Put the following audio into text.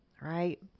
right